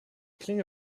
klinge